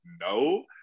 no